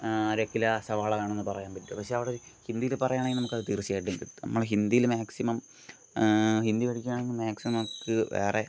അരക്കിലോ സവാള വേണമെന്ന് പറയാൻ പറ്റുമോ പക്ഷെ അവിടെ ഹിന്ദിയിൽ പറയുകയാണെങ്കിൽ നമുക്ക് അത് തീർച്ചയായും കിട്ടും നമ്മൾ ഹിന്ദിയിൽ മാക്സിമം ഹിന്ദി പഠിക്കാൻ മാക്സിമം വേറെ